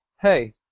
hey